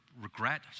regret